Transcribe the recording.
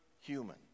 human